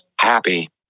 happy